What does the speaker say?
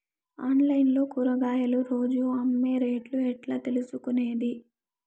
Online లో కూరగాయలు రోజు అమ్మే రేటు ఎట్లా తెలుసుకొనేది?